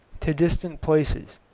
to distant places,